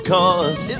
Cause